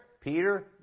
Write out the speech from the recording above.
Peter